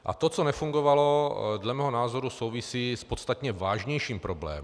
A to, co nefungovalo, dle mého názoru souvisí s podstatně vážnějším problémem.